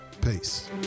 Peace